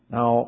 Now